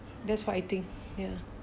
that's what I think ya